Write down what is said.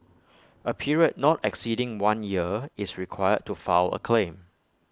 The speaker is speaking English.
A period not exceeding one year is required to file A claim